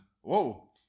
Whoa